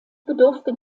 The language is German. bedurfte